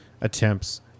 attempts